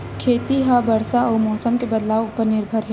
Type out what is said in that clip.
खेती हा बरसा अउ मौसम के बदलाव उपर निर्भर हे